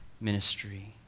ministry